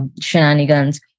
shenanigans